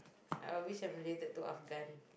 I wish I related two of gun